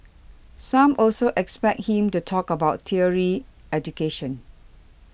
some also expect him to talk about tertiary education